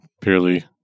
purely